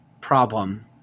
problem